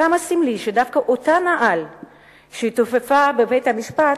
כמה סמלי שדווקא אותה נעל שהתעופפה בבית-המשפט,